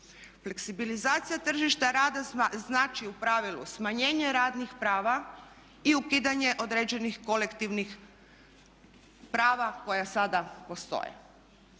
Fleksibilizacija tržišta rada znači u pravilu smanjenje radnih prava i ukidanje određenih kolektivnih prava koja sada postoje.